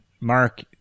Mark